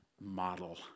model